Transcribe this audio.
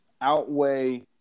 outweigh